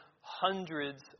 hundreds